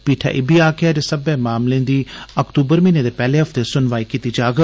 पीठै इब्बी आकखेआ जे सब्नै मामले दी अक्तूबर म्हीने दे पैहले हफ्ते सुनवाई कीती जाग